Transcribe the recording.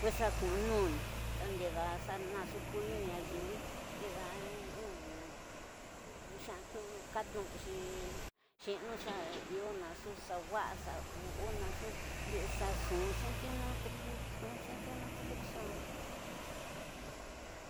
Pues xa ku'unu unu xa ndida nxu unu nayiwini ndide, katinu xi ñiinu iyo nxu xa waya xa una nxu ndi xa nxu xetiunu, nxu xetiunu televisión